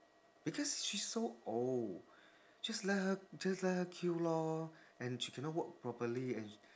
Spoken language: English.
because she's so old just let her just let her queue lor and she cannot walk properly and